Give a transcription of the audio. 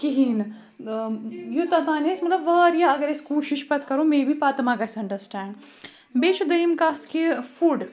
کِہیٖنۍ نہٕ یوٗتاہ تام أسۍ مطلب واریاہ اَگر أسۍ کوٗشِش پَتہٕ کَرو مے بی پَتہٕ ما گَژِھ اَنڈَرسٕٹینٛڈ بیٚیہِ چھُ دوٚیِم کَتھ کہِ فُڈ